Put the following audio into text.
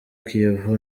kiyovu